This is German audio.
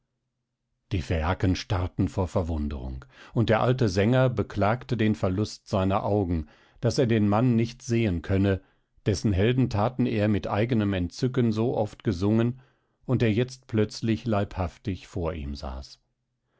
die phäaken starrten vor verwunderung und der alte sänger beklagte den verlust seiner augen daß er den mann nicht sehen könne dessen heldenthaten er mit eigenem entzücken so oft gesungen und der jetzt plötzlich leibhaftig vor ihm saß